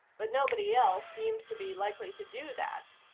but nobody else seemed to be likely to do that.